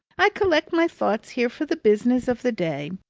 i collect my thoughts here for the business of the day,